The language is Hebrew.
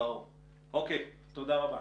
תודה רבה.